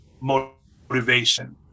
motivation